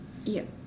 ya